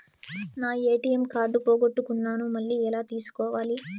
నా ATM card పోగొట్టుకున్నాను, మళ్ళీ ఎలా తీసుకోవాలి?